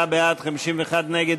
8 ו-9,